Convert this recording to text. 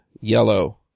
yellow